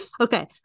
Okay